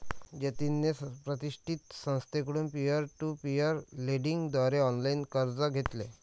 जतिनने प्रतिष्ठित संस्थेकडून पीअर टू पीअर लेंडिंग द्वारे ऑनलाइन कर्ज घेतले